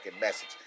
message